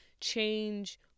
change